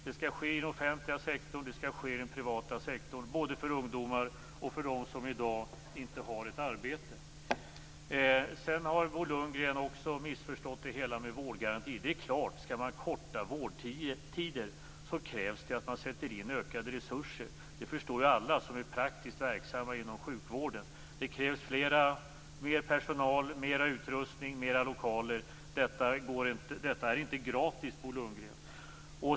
Det skall ske i den offentliga sektorn och i den privata sektorn både för ungdomar och för dem som i dag inte har ett arbete. Sedan har Bo Lundgren också missförstått det hela med vårdgarantin. Det är klart att om man skall korta vårdtider, krävs det att man sätter in ökade resurser. Det förstår ju alla som är praktiskt verksamma inom sjukvården. Det krävs mer personal, mer utrustning, mer lokaler. Detta är inte gratis, Bo Lundgren.